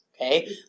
Okay